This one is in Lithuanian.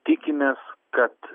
tikimės kad